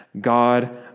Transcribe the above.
God